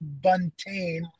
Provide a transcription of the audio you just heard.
Buntain